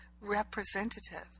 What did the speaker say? representative